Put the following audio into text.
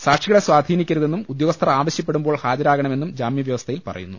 സാക്ഷികളെ സ്വാധീനിക്കരുതെന്നും ഉദ്യോഗസ്ഥർ ആവശ്യപ്പെടുമ്പോൾ ഹാജരാകണമെന്നും ജാമ്യ വ്യവസ്ഥയിൽ പറയുന്നു